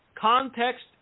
context